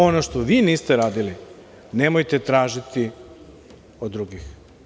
Ono što vi niste radili, nemojte tražiti od drugih.